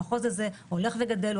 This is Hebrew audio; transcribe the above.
המחוז הזה הולך וגדל.